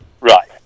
Right